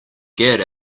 get